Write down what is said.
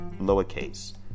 lowercase